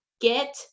get